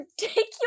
ridiculous